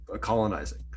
colonizing